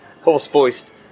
horse-voiced